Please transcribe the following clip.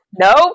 Nope